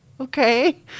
okay